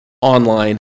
online